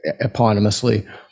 eponymously